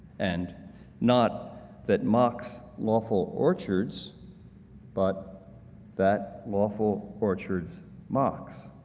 and not that mocks lawful orchards but that lawful orchards mocks.